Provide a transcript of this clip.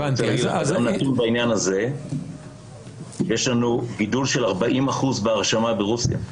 יש לנו גידול של 40% בהרשמה ברוסיה.